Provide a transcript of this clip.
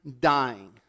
dying